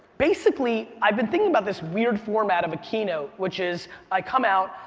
basically, i've been thinking about this weird format of a keynote, which is i come out,